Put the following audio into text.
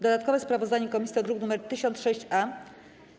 Dodatkowe sprawozdanie komisji to druk nr 1006-A.